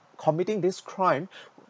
committing this crime